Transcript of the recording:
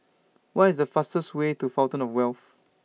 What IS The fastest Way to Fountain of Wealth